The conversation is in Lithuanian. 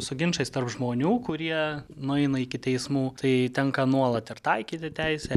su ginčais tarp žmonių kurie nueina iki teismų tai tenka nuolat ir taikyti teisę